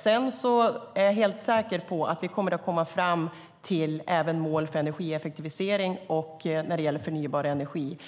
Sedan är jag helt säker på att vi även kommer att komma fram till mål för energieffektivisering och när det gäller förnybar energi.